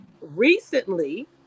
recently